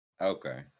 okay